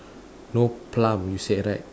no plum you said right